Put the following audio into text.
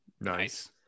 nice